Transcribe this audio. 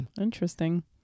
interesting